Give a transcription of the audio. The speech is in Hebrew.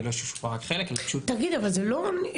זה פשוט --- תגיד אבל זה לא,